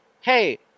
hey